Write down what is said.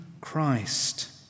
Christ